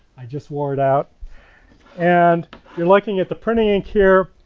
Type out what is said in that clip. i just wore it out and your looking at the printing ink here.